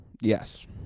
Yes